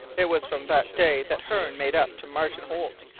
it was from that day that hearne made up to martin holt.